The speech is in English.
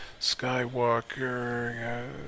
Skywalker